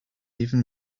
even